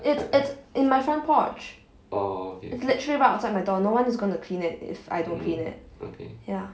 it's it's in my front porch it's literally right outside my door no one is going to clean it if I don't clean it ya